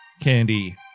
Candy